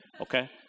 Okay